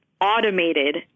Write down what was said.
automated